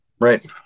Right